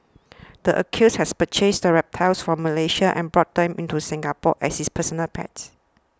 the accused has purchased the reptiles from Malaysia and brought them into Singapore as his personal pets